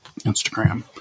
Instagram